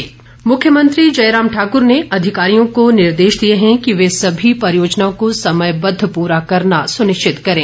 मुख्यमंत्री मुख्यमंत्री जयराम ठाकुर ने अधिकारियों को निर्देश दिए हैं कि वह सभी परियोजनाओं को समयबद्ध पूरा करना सुनिश्चित करें